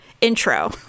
intro